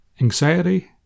Anxiety